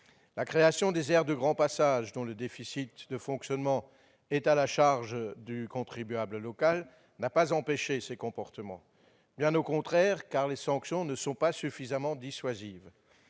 La création des aires de grand passage, dont le déficit de fonctionnement est à la charge du contribuable local, n'a pas empêché ces comportements. Bien au contraire, car les sanctions ne sont pas suffisamment dissuasives.